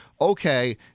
okay